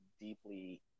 deeply